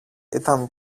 ήταν